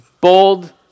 bold